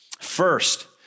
First